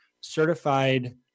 certified